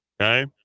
okay